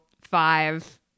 five